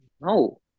no